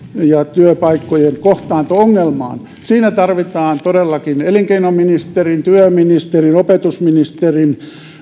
ja työpaikkojen kohtaanto ongelma siinä tarvitaan todellakin elinkeinoministerin työministerin opetusministerin